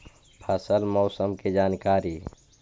फसल मौसम के जानकारी?